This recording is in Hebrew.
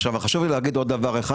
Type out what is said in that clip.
חשוב לי להגיד עוד דבר אחד